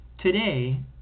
Today